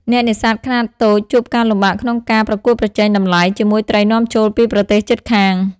អ្នកនេសាទខ្នាតតូចជួបការលំបាកក្នុងការ ប្រកួតប្រជែងតម្លៃ ជាមួយត្រីនាំចូលពីប្រទេសជិតខាង។